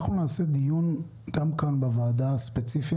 נקיים דיון כאן בוועדה הספציפית,